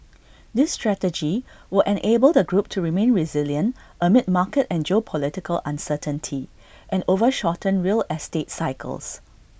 this strategy will enable the group to remain resilient amid market and geopolitical uncertainty and over shortened real estate cycles